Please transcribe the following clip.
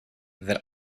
that